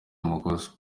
amakosa